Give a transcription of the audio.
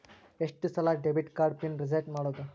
ಎಷ್ಟ ಸಲ debit card pin reset ಮಾಡಬೋದು